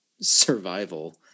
survival